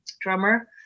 drummer